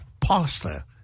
pastor